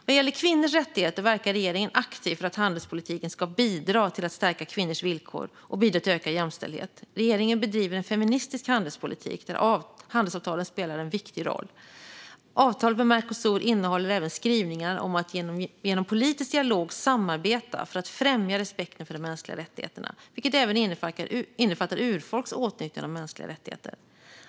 Vad gäller kvinnors rättigheter verkar regeringen aktivt för att handelspolitiken ska bidra till att stärka kvinnors villkor och bidra till ökad jämställdhet. Regeringen bedriver en feministisk handelspolitik där handelsavtalen spelar en viktig roll. Avtalet med Mercosur innehåller även skrivningar om att genom politisk dialog samarbeta för att främja respekten för de mänskliga rättigheterna, vilket även innefattar urfolks åtnjutande av mänskliga rättigheter.